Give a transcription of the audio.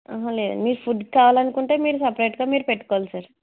అహ లేదు మీరు ఫుడ్ కావాలి అనుకుంటే మీరు సెపెరేట్గా మీరు పెట్టుకోవాలి సార్